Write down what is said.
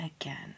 again